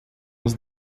nos